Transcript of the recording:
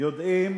יודעים